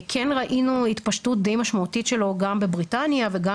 כן ראינו התפשטות די משמעותית שלו גם בבריטניה וגם